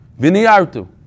Viniartu